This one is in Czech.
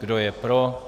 Kdo je pro?